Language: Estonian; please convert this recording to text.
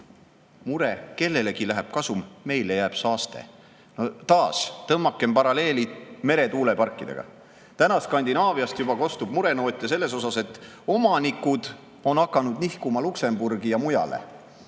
Mure: kellelegi läheb kasum, meile jääb saaste. Taas tõmmakem paralleel meretuuleparkidega. Täna Skandinaaviast juba kostab murenoote selle kohta, et omanikud on hakanud nihkuma Luksemburgi ja mujale.